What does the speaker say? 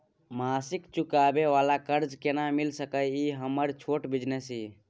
मासिक चुकाबै वाला कर्ज केना मिल सकै इ हमर छोट बिजनेस इ?